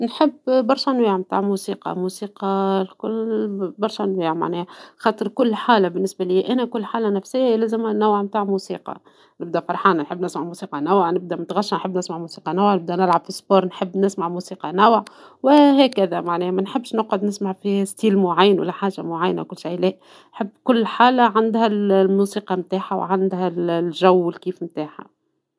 نحب برشا أنواع نتاع موسيقى ، موسيقى الكل ، برشا أنواع معناها ، خاطر كل حالة بالنسبة ليا أنا ، كل حالة نفسية لازمها نوع نتاع موسيقى ، نبدى فرحانة نحب نسمع موسيقى نوع ، نبدى مغشة نحب نسمع موسيقى نوع ، نبدى نلعب في الرياضة نحب نسمع موسيقى نوع ، وهكذا معناها منحبش نقعد نسمع في نوع معين ولا حاجة معينة كل شيء لا ، نحب كل حالة عندها الموسيقى نتاعها والجو الكيفي نتاعها.